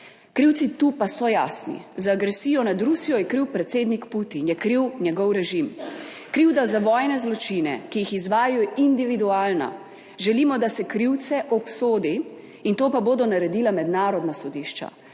Krivci tu pa so jasni - za agresijo nad Rusijo je kriv predsednik Putin, je kriv njegov režim. Krivda za vojne zločine, ki jih izvajajo, je individualna. Želimo, da se krivce obsodi, to pa bodo naredila mednarodna sodišča.